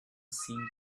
seen